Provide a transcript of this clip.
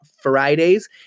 Fridays